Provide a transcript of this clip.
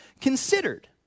considered